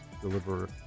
deliver